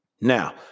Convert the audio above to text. Now